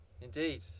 Indeed